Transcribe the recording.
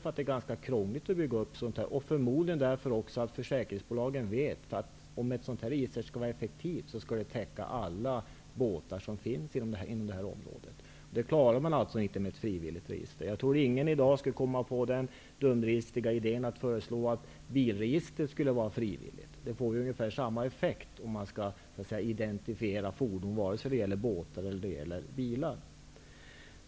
Dels är det ganska krångligt att bygga upp ett sådant register, dels vet försäkringsbolagen förmodligen att om ett sådant här register skall vara effektivt skall det täcka alla båtar som finns inom området. Det klarar man inte med ett frivilligt register. Jag tror inte att någon skulle komma på den dumdristiga idén att föreslå att bilregistret skulle vara frivilligt. Om man skall identifiera fordon är effekten ungefär densamma vare sig det gäller båtar eller bilar.